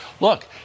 look